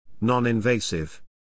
non-invasive